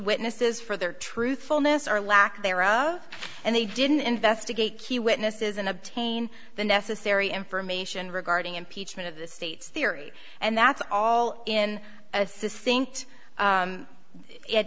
witnesses for their truthfulness or lack thereof and they didn't investigate key witnesses and obtain the necessary information regarding impeachment of the state's theory and that's all in a si